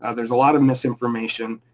ah there's a lot of misinformation.